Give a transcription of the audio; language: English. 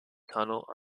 tunnel